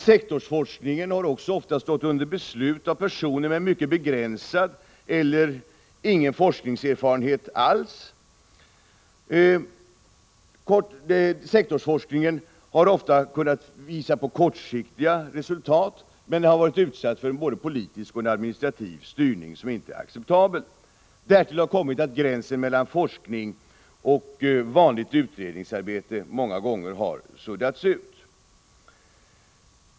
Sektorsforskningen har också ofta stått under beslut av personer med mycket begränsad eller ingen forskningserfarenhet alls. Sektorsforskningen har ofta kunnat visa på kortsiktiga resultat, men den har varit utsatt för en både politisk och administrativ styrning som inte är acceptabel. Därtill har kommit att gränsen mellan forskning och vanligt utredningsarbete många gånger har suddats ut.